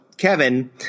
Kevin